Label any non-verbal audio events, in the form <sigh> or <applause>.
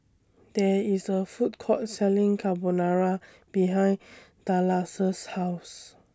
There IS A Food Court Selling Carbonara behind <unintelligible> House